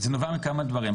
זה נובע מכמה דברים.